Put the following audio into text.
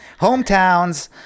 Hometowns